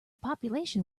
population